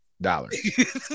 dollars